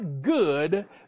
good